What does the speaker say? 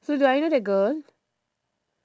so do I know the girl